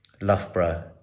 Loughborough